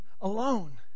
alone